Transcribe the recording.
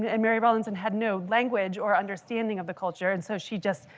and mary rowlandson had no language or understanding of the culture. and so she just,